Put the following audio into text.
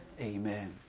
Amen